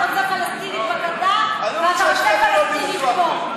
אתה רוצה פלסטינית בגדה ואתה רוצה פלסטינית פה,